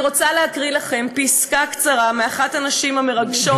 אני רוצה להקריא לכם פסקה קצרה מאחת הנשים המרגשות,